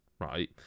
right